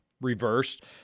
reversed